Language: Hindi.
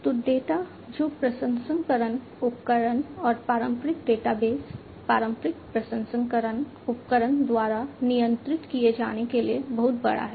तो डेटा जो प्रसंस्करण उपकरण और पारंपरिक डेटाबेस पारंपरिक प्रसंस्करण उपकरण द्वारा नियंत्रित किए जाने के लिए बहुत बड़ा है